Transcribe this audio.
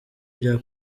bya